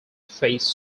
faced